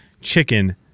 chicken